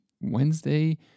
Wednesday